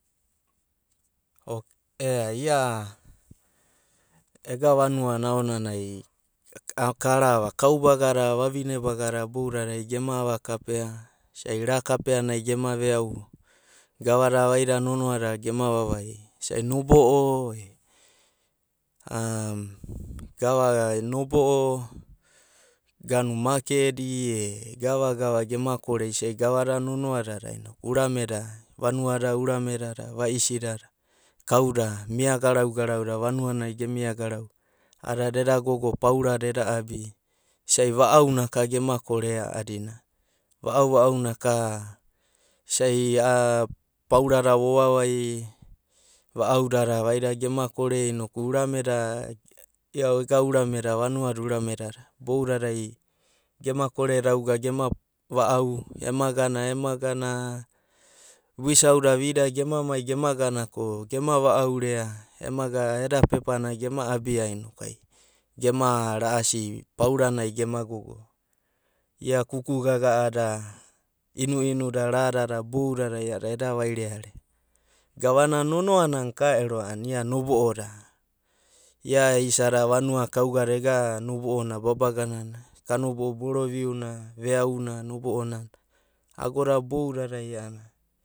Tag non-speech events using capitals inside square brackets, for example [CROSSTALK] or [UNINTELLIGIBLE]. [HESITATION] ega vanuene aonanai, ka ra’va kau baga da vavine baga da bouda gema ava kapea isai ra kapea nai gema ve’au gava vaida nonoa dada gema vavai. Isai nobo’o e [HESITATION] [UNINTELLIGIBLE] nobo’o, makedi e gava gava gemaa kore isasi gava da nono a dada ureme da venia da urame dada, vaisi dada, kau da mi garau garau da vanua nai gemia garau garau a’adada ela gogo paura da eda abi isai va’au na ka gema korea a. adina. va’au na ka isai a’a pawa da vovavai va’am dada vaid gema kora n oku, urame da ia ega vanua de urema dada boudada, gema kore dauga gema va’au ema gana, ema gana viusau da vida gemai gema gana ko semo va’au rea ema gana eda pep ana gema abia noku ai gema ra’asai pawa nai gene gogo. Ia kuka gaga’a da, inu, inu do ra dada boudadai eda vairearea. Gava na nonoa na ka ero a’anana nobo’o da ia isa da vanua da kael ga da ega nobo’o na babaganana kanobo’o bolo viuna, ve’auna ago da boadadai a’anana.